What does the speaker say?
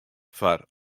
foar